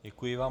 Děkuji vám.